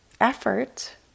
effort